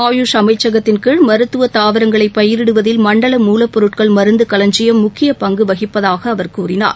ஆயுஷ் அமைச்சகத்தின்கீழ் மருத்துவ தாவரங்களை பயிரிடுவதில் மண்டல மூலப்பொருட்கள் மருந்து களஞ்சியம் முக்கிய பங்கு வகிப்பதாக அவர் கூறினார்